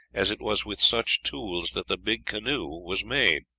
as it was with such tools that the big canoe was made